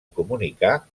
comunicar